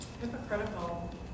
hypocritical